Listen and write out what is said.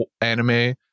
anime